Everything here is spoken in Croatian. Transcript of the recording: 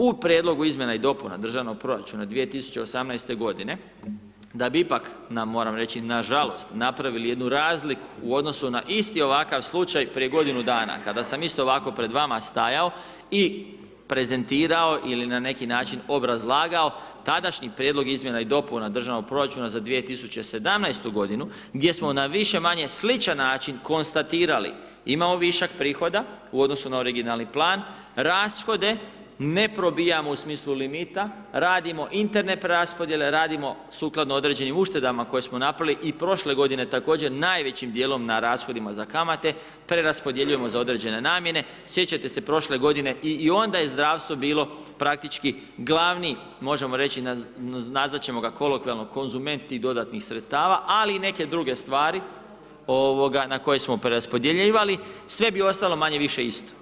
U prijedlogu izmjena i dopuna državnog proračuna 2018. g da bi ipak, moram reći nažalost, napravili jednu razliku u odnosu na isti ovakav slučaj prije godinu dana, kada sam isto ovako pred vama stajao i prezentirao ili na neki način obrazlagao tadašnji prijedlog izmjena i dopuna državnog proračuna za 2017. g. gdje smo na više-manje sličan način konstatirali, imamo višak prihoda, u odnosu na originalni plan, rashode, ne probijamo u smislu limita, radimo interne preraspodjele, radimo sukladno određenim uštedama koje smo napravili i prošle g. također najvećim dijelom na rashodima za kamate, preraspodjeljujemo za određene namjene sjećate se prošle g. i onda je zdravstvo bili praktički glavni, možemo reći, nazvati ćemo ga, kolokvijalni konzumenti dodatnih sredstava, ali i neke druge stvari na koje smo preraspodjeljivali, sve bi ostalo manje-više isto.